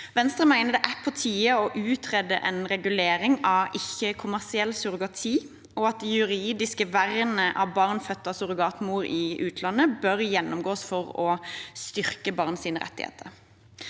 Venstre mener det er på tide å utrede en regulering av ikke-kommersiell surrogati, og at det juridiske vernet av barn født av surrogatmor i utlandet bør gjennomgås for å styrke barns rettigheter.